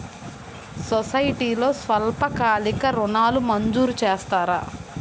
సొసైటీలో స్వల్పకాలిక ఋణాలు మంజూరు చేస్తారా?